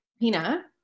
Pina